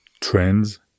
trends